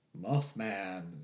Mothman